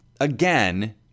again